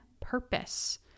purpose